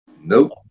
Nope